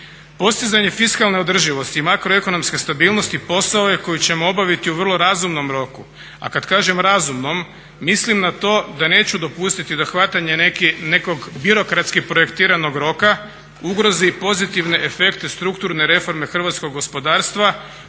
Postizanje fiskalne održivosti i makroekonomske stabilnosti posao je koji ćemo obaviti u vrlo razumnom roku, a kada kažem razumnom mislim na to da neću dopustiti da hvatanje nekog birokratski projektiranog roka ugrozi pozitivne efekte strukturne reforme hrvatskog gospodarstva